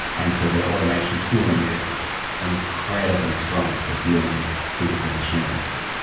and so their automation tooling is incredibly strong for dealing with physical machines.